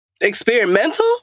Experimental